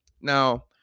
Now